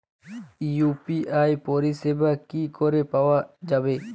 UPI পরিষেবা কি করে পাওয়া যাবে?